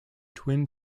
twin